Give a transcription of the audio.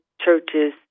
churches